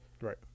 Right